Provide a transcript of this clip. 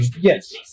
Yes